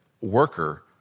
worker